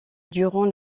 durant